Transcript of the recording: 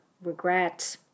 regret